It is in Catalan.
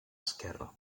esquerra